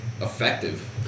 effective